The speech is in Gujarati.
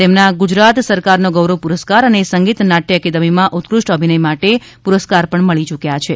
તેમના ગુજરાત સરકારનો ગૌરવ પુરસ્કાર અને સંગીત નાટ્ય એકેડમીમાં ઉત્કૃષ્ટ અભિનય માટે પુરસ્કાર પણ મળી ચુક્યા છે